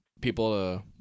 people